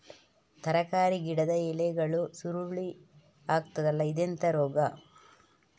ತರಕಾರಿ ಗಿಡದ ಎಲೆಗಳು ಸುರುಳಿ ಆಗ್ತದಲ್ಲ, ಇದೆಂತ ರೋಗ?